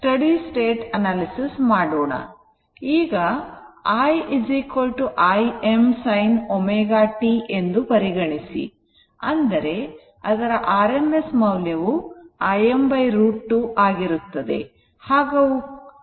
ಈಗ i Im sin t ಎಂದು ಪರಿಗಣಿಸಿ ಅಂದರೆ ಅದರ rms ಮೌಲ್ಯವು Im √ 2 ಆಗಿರುತ್ತದೆ